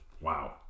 Wow